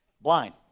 Blind